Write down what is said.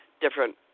different